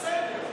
זה בסדר.